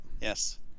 Yes